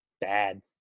bad